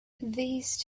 these